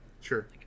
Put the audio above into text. Sure